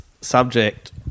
subject